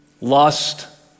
lust